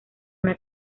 una